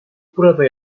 burada